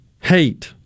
hate